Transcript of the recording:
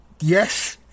Yes